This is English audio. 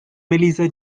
melissa